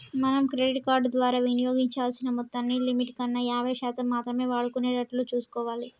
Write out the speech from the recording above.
మనం credit card ద్వారా వినియోగించాల్సిన మొత్తాన్ని లిమిట్ కన్నా యాభై శాతం మాత్రమే వాడుకునేటట్లు చూసుకోవాలి